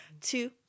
two